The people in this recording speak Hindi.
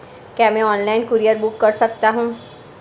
क्या मैं ऑनलाइन कूरियर बुक कर सकता हूँ?